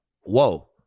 whoa